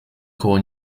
koło